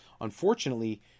Unfortunately